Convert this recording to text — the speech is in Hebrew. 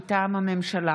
מטעם הממשלה: